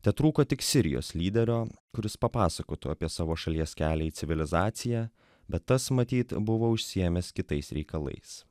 tetrūko tik sirijos lyderio kuris papasakotų apie savo šalies kelią į civilizaciją bet tas matyt buvo užsiėmęs kitais reikalais